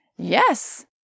yes